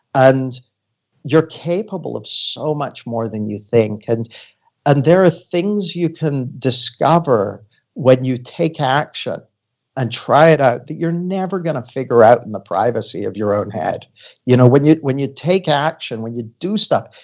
and you're capable of so much more than you think. and and there are things you can discover when you take action and try it out that you're never going to figure out in the privacy of your own head you know when you when you take action, when you do stuff,